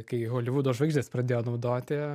kai holivudo žvaigždės pradėjo naudoti